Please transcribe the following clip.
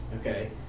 okay